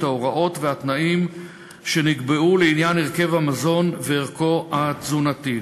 את ההוראות והתנאים שנקבעו לעניין הרכב המזון וערכו התזונתי.